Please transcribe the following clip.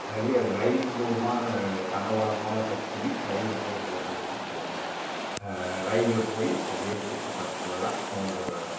அதுவே ரயில் போக மாதிரி தண்டவாளமெலாம் செட் பண்ணி ரயில் கூட போட்டு வச்சுருகுறாங்க ரயிலில் போய் அப்படியே சுற்றி பார்த்துட்டு வரலாம் ஒரு